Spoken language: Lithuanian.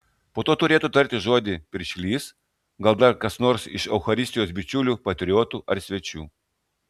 po to turėtų tarti žodį piršlys gal dar kas nors iš eucharistijos bičiulių patriotų ar svečių